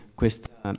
questa